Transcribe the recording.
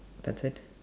that's it